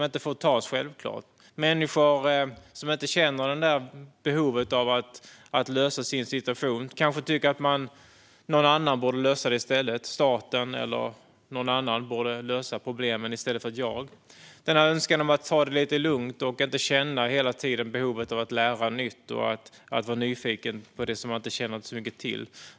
Det finns människor som inte känner behov av att lösa sin situation utan kanske tycker att någon annan borde lösa problemen i stället - staten eller någon annan. Det kan finnas en önskan om att få ta det lite lugnt och inte hela tiden behöva lära nytt och vara nyfiken på det man inte känner så väl till.